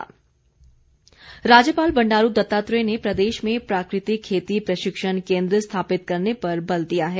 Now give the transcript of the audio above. राज्यपाल राज्यपाल बंडारू दत्तात्रेय ने प्रदेश में प्राकृतिक खेती प्रशिक्षण केन्द्र स्थापित करने पर बल दिया है